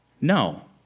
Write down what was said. No